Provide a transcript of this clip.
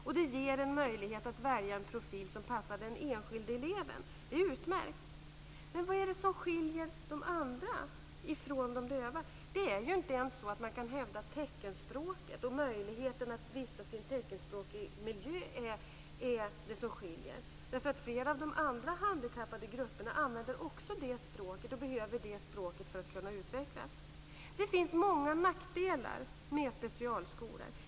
Det ger dem en möjlighet att välja en profil som passar den enskilde eleven. Det är utmärkt. Vad är det som skiljer de andra från de döva? Det är inte ens så att man kan hävda teckenspråket och möjligheten att vistas i en teckenspråklig miljö som är det som skiljer. Flera av de andra handikappgrupperna använder också teckenspråket och behöver det för att kunna utvecklas. Det finns många nackdelar med specialskolor.